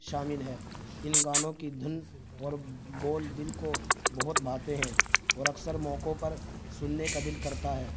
شامل ہے ان گانوں کی دھن اور بول دل کو بہت بھاتے ہیں اور اکثر موقعوں پر سننے کا دل کرتا ہے